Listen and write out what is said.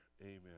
Amen